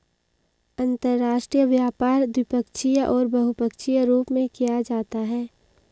अंतर्राष्ट्रीय व्यापार द्विपक्षीय और बहुपक्षीय रूप में किया जाता है